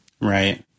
Right